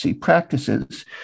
practices